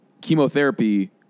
chemotherapy